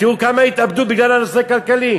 תראו כמה התאבדו בגלל הנושא הכלכלי.